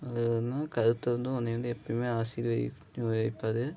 அது என்ன கர்த்தர் வந்து உன்னைய வந்து எப்பயுமே ஆசீர் வை வதிப்பது